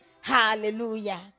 Hallelujah